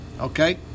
Okay